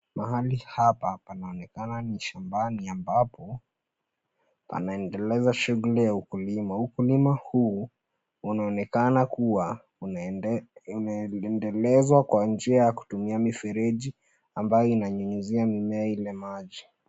Mahali hapa panaonekana ni shambani ambapo panaendeleza shughuli ya ukulima. Ukulima huu unaonekana kuwa unaendelezwa kwa njia ya kutumia mifereji ambayo inanyunyuzia mimea ile maji.